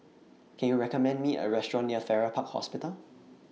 Can YOU recommend Me A Restaurant near Farrer Park Hospital